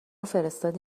فرستادی